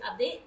update